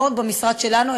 לא רק במשרד שלנו,